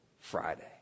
Friday